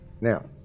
Now